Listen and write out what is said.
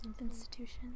Institutions